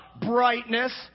brightness